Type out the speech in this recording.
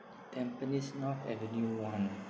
tampines north avenue one